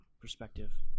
perspective